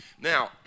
Now